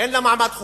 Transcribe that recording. אין לה מעמד חוקי.